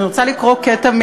אני רוצה לקרוא קטע,